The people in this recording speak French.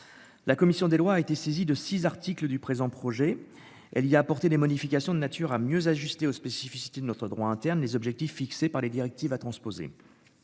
La commission des lois a été saisie de 6 articles du présent projet elle lui a apporté des modifications de nature à mieux ajustée aux spécificités de notre droit interne les objectifs fixés par les directives à transposer.